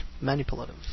Manipulative